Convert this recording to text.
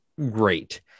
great